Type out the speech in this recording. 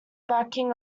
backing